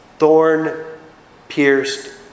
thorn-pierced